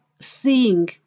seeing